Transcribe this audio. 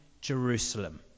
jerusalem